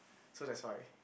so that's why